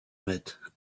met